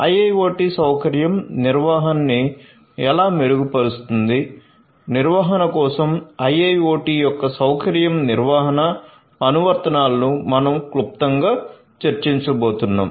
IIoT సౌకర్యం నిర్వహణ ని ఎలా మెరుగుపరుస్తుంది నిర్వహణ కోసం IIoT యొక్క సౌకర్యం నిర్వహణ అనువర్తనాలను మనం క్లుప్తంగా చర్చించబోతున్నాం